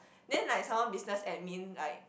then like some more business admin like